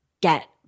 get